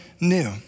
new